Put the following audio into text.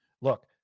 look